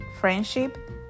friendship